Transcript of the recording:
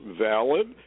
valid